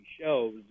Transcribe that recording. shows